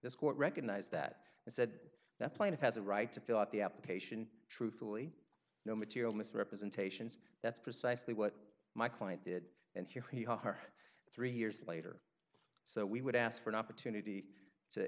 this court recognized that and said that plaintiff has a right to fill out the application truthfully no material misrepresentations that's precisely what my client did and here we are three years later so we would ask for an opportunity to